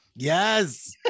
yes